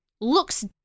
looks